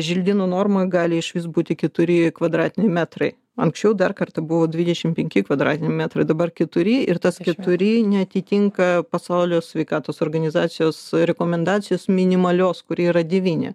želdynų normoj gali išvis būti keturi kvadratiniai metrai anksčiau dar kartą buvo dvidešimt penki kvadratiniai metrai dabar keturi ir tas keturi neatitinka pasaulio sveikatos organizacijos rekomendacijos minimalios kuri yra devyni